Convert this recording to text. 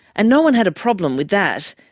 and no one had a problem with that.